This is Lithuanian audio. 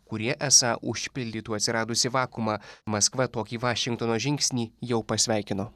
kurie esą užpildytų atsiradusį vakuumą maskva tokį vašingtono žingsnį jau pasveikino